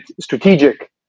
strategic